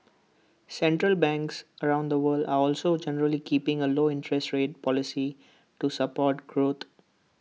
central banks around the world are also generally keeping A low interest rate policy to support growth